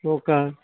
token